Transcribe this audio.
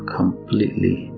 completely